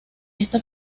esta